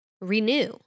renew